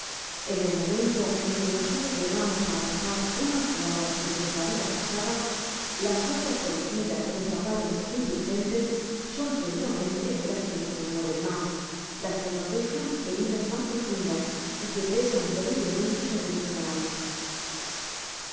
en el momento en que nosotros llega mos á arrojar una ojeada sobre nuestra vida pasada la faltas cometidas contra padres indulgentes son seguramente las que nos conmueven mas las que nos dejan heridas mas profundas y que pesan terriblemente sobre nuestr alma